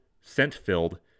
scent-filled